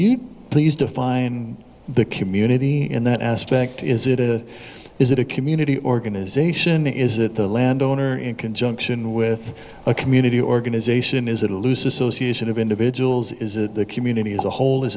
you please define the community in that aspect is it a is it a community organization is it the landowner in conjunction with a community organization is it a loose association of individuals is it the community as a whole is